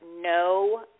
no